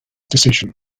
decision